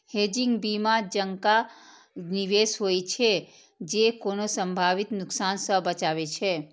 hedging बीमा जकां निवेश होइ छै, जे कोनो संभावित नुकसान सं बचाबै छै